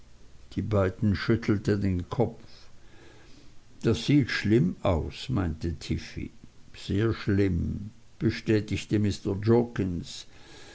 die beiden schüttelten den kopf das sieht schlimm aus meinte tiffey sehr schlimm bestätigte mr jorkins